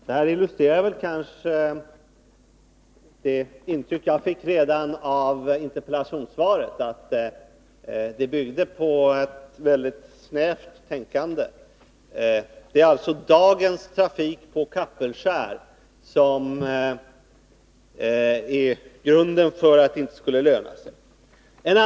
Herr talman! Vad kommunikationsministern sade förstärker det intryck jag fick redan av interpellationssvaret, att ställningstagandet bygger på ett väldigt snävt tänkande. Det är alltså bedömningarna av dagens trafik på Kapellskär som ligger till grund för resonemanget att det inte skulle löna sig med en järnvägsförbindelse mellan Stockholm och Kapellskär.